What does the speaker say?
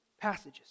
passages